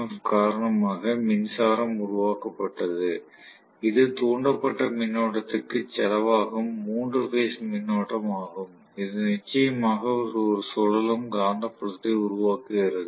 F காரணமாக மின்சாரம் உருவாக்கப்பட்டது இது தூண்டப்பட்ட மின்னோட்டத்திற்கு செலவாகும் மூன்று பேஸ் மின்னோட்டம் ஆகும் இது நிச்சயமாக ஒரு சுழலும் காந்தப்புலத்தை உருவாக்குகிறது